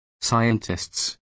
scientists